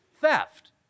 theft